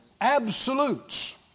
absolutes